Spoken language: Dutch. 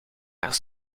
haar